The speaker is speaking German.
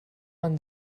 man